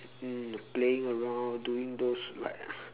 mm the playing around doing those like